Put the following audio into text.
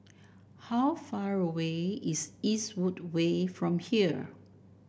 how far away is Eastwood Way from here